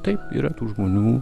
tai yra tų žmonių